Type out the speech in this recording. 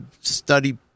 study